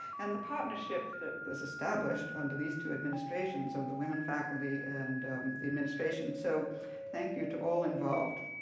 and the partnership that was established under these two administrations of the women faculty and the administration. so thank you to all involved.